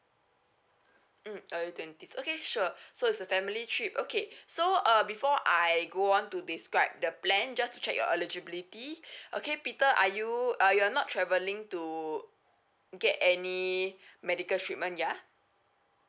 mm other than this okay sure so it's a family trip okay so uh before I go on to describe the plan just to check your eligibility okay peter are you uh you're not travelling to get any medical treatment ya